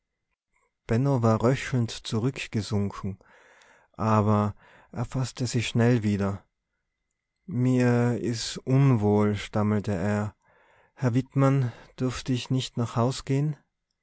war röchelnd zurückgesunken aber er faßte sich schnell wieder mir is unwohl stammelte er herr wittmann dürft ich nicht nach haus geh'n